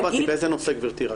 לא הבנתי, באיזה נושא, גבירתי?